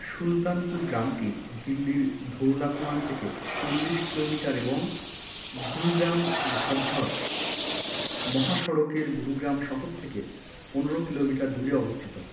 সুলতানপুর গ্রামটি দিল্লির ধৌলাকুয়ান থেকে চল্লিশ কিলোমিটার এবং গুরুগ্রাম ঝজ্ঝর মহাসড়কের গুরুগ্রাম শহর থেকে পনেরো কিলোমিটার দূরে অবস্থিত